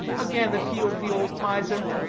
again appealed the old miser.